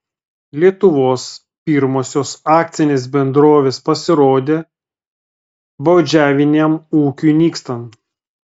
lietuvos pirmosios akcinės bendrovės pasirodė baudžiaviniam ūkiui nykstant